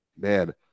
man